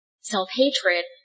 self-hatred